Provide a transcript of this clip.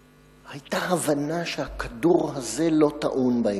היתה הבנה שהכדור הזה לא טעון באקדח,